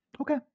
Okay